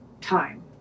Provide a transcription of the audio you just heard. time